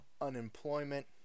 unemployment